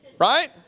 Right